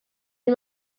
ell